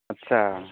आच्चा